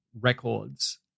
records